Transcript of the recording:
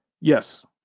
Yes